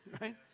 right